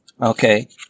Okay